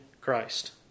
Christ